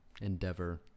endeavor